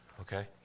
okay